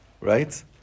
right